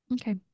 Okay